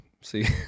see